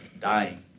dying